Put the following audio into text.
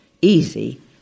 easy